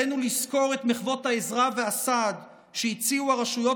עלינו לזכור את מחוות העזרה והסעד שהציעו הרשויות